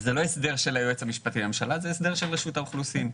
זה לא הסדר של היועץ המשפטי לממשלה זה הסדר של רשות האוכלוסין.